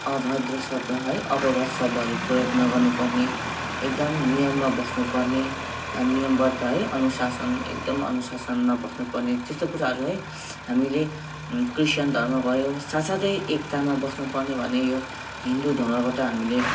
अभद्र शब्द है अपवाद शब्दहरू प्रयोग नगर्नुपर्ने एकदम नियममा बस्नुपर्ने नियमबद्ध है अनुशासन एकदम अनुशासनमा बस्नुपर्ने त्यस्तो कुराहरू है हामीले क्रिस्चियन धर्म भयो साथसाथै एकतामा बस्नुपर्ने भने यो हिन्दू धर्मबाट हामीले